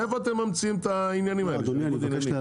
מאיפה אתם ממציאים את העניינים האלה?